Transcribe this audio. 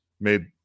made